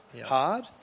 hard